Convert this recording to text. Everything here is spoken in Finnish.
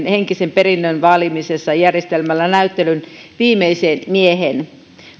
henkisen perinnön vaalimisessa järjestämällä näyttelyn viimeiseen mieheen